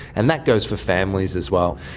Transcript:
and that goes for families as well.